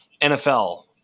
NFL